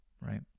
right